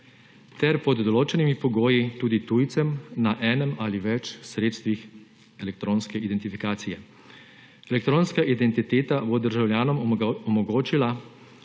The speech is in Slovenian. ter pod določenimi pogoji tudi tujcem na enem ali več sredstvih elektronske identifikacije. Elektronska identiteta bo državljanom omogočila